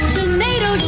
Tomato